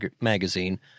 Magazine